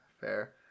fair